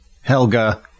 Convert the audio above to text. Helga